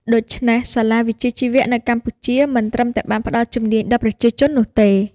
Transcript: ដូច្នេះ សាលាវិជ្ជាជីវៈនៅកម្ពុជាមិនត្រឹមតែបានផ្តល់ជំនាញដល់ប្រជាជននោះទេ។